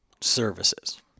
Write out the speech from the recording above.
services